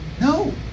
No